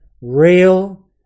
real